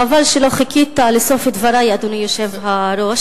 חבל שלא חיכית לסוף דברי, אדוני היושב-ראש,